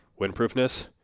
windproofness